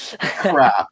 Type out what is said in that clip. Crap